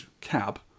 cab